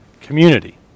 community